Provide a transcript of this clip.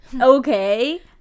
Okay